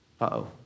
Uh-oh